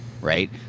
right